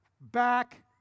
back